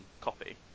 copy